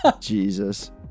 Jesus